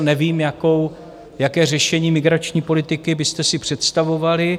Nevím, jaké řešení migrační politiky byste si představovali.